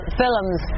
films